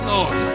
Lord